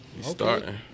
starting